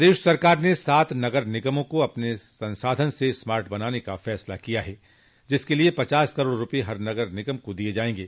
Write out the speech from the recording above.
प्रदेश सरकार ने सात नगर निगमों को अपने संसाधन से स्मार्ट बनाने का फैसला लिया है जिसके लिये पचास करोड़ रूपये हर नगर निगम को दिये जायेंगे